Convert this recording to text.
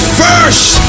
first